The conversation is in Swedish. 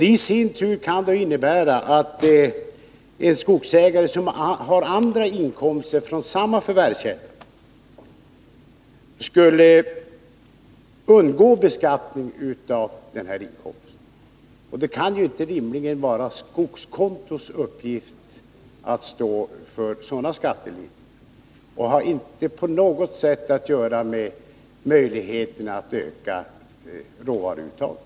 Detta i sin tur kan innebära att en skogsägare som har andra inkomster från samma förvärvskälla skulle kunna undgå beskattning av den här inkomsten. Det kan rimligen inte vara skogskontots uppgift att åstadkomma sådana skattelindringar, och det har ingenting att göra med möjligheterna att öka råvaruuttaget.